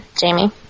Jamie